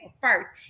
first